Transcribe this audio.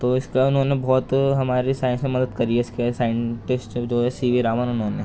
تو وہ اس کا انہوں نے بہت ہماری سائنس میں مدد کری ہے اس کے سائنٹسٹ جو ہے سی وی رامن انہوں نے